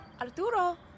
Arturo